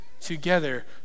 together